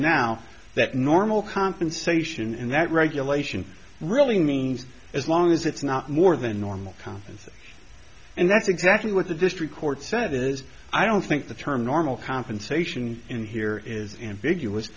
now that normal compensation and that regulation really means as long as it's not more than normal competency and that's exactly what the district court said is i don't think the term normal compensation in here is ambig